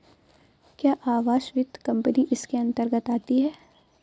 क्या आवास वित्त कंपनी इसके अन्तर्गत आती है?